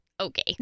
Okay